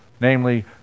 Namely